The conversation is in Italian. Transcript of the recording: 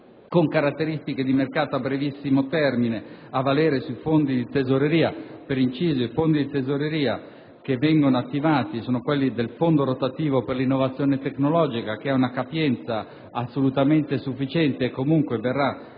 con caratteristiche di mercato a brevissimo termine a valere sui fondi di tesoreria. Per inciso, i fondi di tesoreria che vengono attivati sono quelli del Fondo rotativo per l'innovazione tecnologica, che ha una capienza assolutamente sufficiente e che comunque verrà